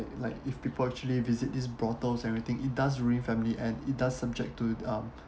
like if people actually visit these brothels everything it does ruin family and it does subject to um